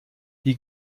die